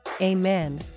Amen